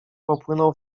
popłynął